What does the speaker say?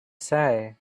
say